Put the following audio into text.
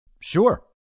Sure